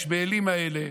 הישמעאלים האלה,